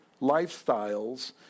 lifestyles